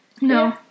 No